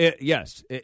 yes